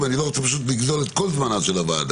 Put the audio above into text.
אני לא רוצה פשוט לגזול את כל זמנה של הוועדה